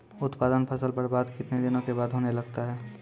उत्पादन फसल बबार्द कितने दिनों के बाद होने लगता हैं?